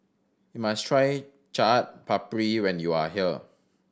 must try Chaat Papri when you are here